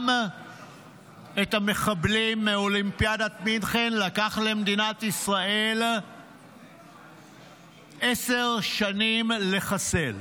גם את המחבלים מאולימפיאדת מינכן לקח למדינת ישראל עשר שנים לחסל.